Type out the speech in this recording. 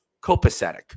copacetic